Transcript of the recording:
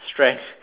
strength